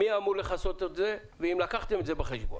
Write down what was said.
מי אמור לכסות את זה, והאם לקחתם את זה בחשבון?